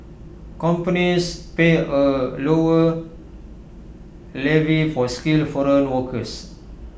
companies pay A lower levy for skilled foreign workers